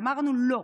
אמרנו: לא.